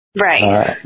Right